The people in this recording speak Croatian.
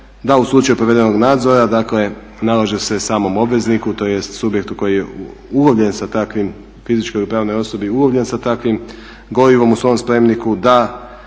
da u slučaju provedenog nadzora dakle nalaže se samom obvezniku tj. subjektu koji je ulovljen sa takvim, fizičkoj ili pravnoj osobi ulovljen sa takvim gorivom u svom spremniku da